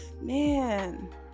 man